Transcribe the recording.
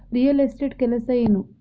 real estate ಕೆಲಸ ಏನು